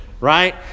right